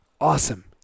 awesome